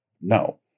no